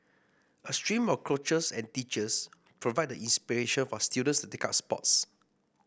a stream of coaches and teachers provide the inspiration for students to take up sports